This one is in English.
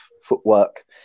footwork